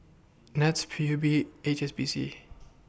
Nets P U B H S B C